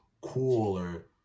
cooler